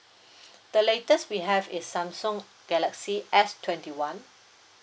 the latest we have is samsung galaxy S twenty one